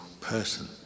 person